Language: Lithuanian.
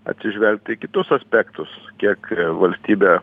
atsižvelgti į kitus aspektus kiek valstybė